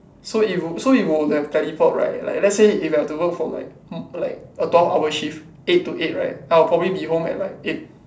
so it would so it would have teleport right like let's say if you have to work for like mm like a twelve hour shift eight to eight right I will probably be home at like eight